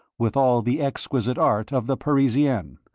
with all the exquisite art of the parisienne,